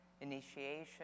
initiation